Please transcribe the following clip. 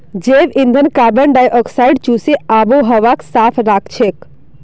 जैव ईंधन कार्बन डाई ऑक्साइडक चूसे आबोहवाक साफ राखछेक